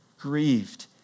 grieved